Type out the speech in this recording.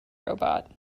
robot